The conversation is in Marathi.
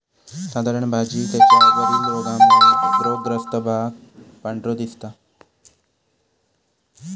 साधारण भाजी त्याच्या वरील रोगामुळे रोगग्रस्त भाग पांढरो दिसता